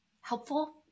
helpful